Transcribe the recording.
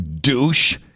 douche